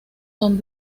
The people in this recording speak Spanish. son